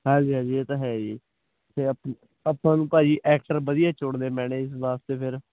ਹਾਂਜੀ ਹਾਂਜੀ ਇਹ ਤਾਂ ਹੈ ਜੀ ਫਿਰ ਆਪਾਂ ਆਪਾਂ ਨੂੰ ਭਾਜੀ ਐਕਟਰ ਵਧੀਆ ਚੁਣਨੇ ਪੈਣੇ ਇਸ ਵਾਸਤੇ ਫਿਰ